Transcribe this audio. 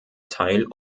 teil